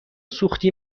سوختی